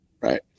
right